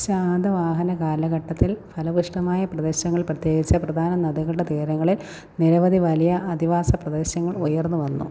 ശാതവാഹനകാലഘട്ടത്തിൽ ഫലഭൂയിഷ്ടമായ പ്രദേശങ്ങളിൽ പ്രത്യേകിച്ച് പ്രധാന നദികളുടെ തീരങ്ങളിൽ നിരവധി വലിയ അധിവാസ പ്രദേശങ്ങൾ ഉയർന്നുവന്നു